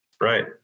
right